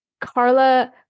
Carla